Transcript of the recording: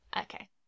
okay